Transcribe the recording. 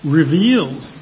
reveals